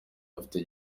afite